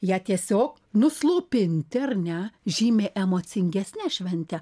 ją tiesiog nuslopinti ar ne žymi emocingesne švente